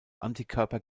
antikörper